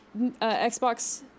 Xbox